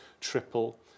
triple